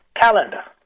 calendar